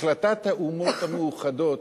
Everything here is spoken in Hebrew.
החלטת האומות המאוחדות,